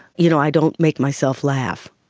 you know i don't make myself laugh.